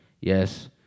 yes